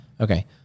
okay